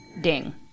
ding